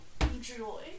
enjoy